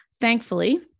Thankfully